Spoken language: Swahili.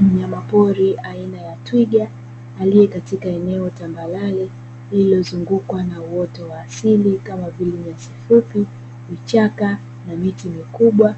Mnyama pori aina ya twiga akiwa katika eneo tambarare, lililozungukwa na uoto wa asili kama vile nyasi fupi, vichaka pamoja na miti mikubwa,